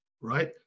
right